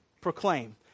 proclaim